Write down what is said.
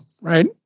right